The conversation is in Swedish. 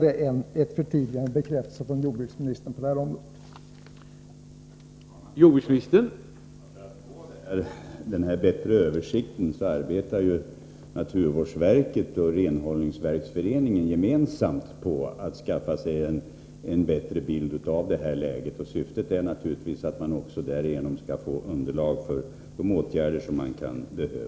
Mot bakgrund av vad jag här anfört vore det bra om jordbruksministern ville göra ytterligare ett förtydligande.